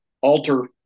alter